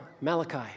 Malachi